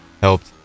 Helped